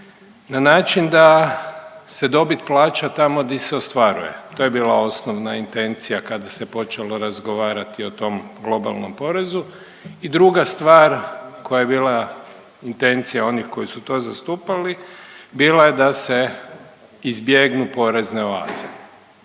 na način da se dobit plaća tamo gdje se ostvaruje. To je bila osnovna intencija kada se počelo razgovarati o tom globalnom porezu i druga stvar koja je bila intencija onih koji su to zastupali bila je da se izbjegnu porezne oaze.